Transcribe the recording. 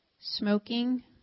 smoking